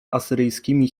asyryjskimi